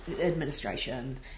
administration